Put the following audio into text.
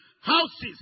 Houses